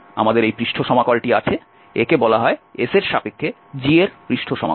সুতরাং আমাদের এই পৃষ্ঠ সমাকলনটি আছে একে বলা হয় S এর সাপেক্ষে g এর পৃষ্ঠ সমাকলন